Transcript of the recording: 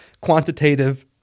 quantitative